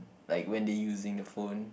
like when they using the phone